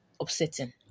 upsetting